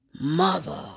mother